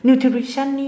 Nutrition